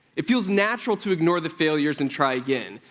it feels natural to ignore the failures and try again,